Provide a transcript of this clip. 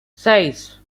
seis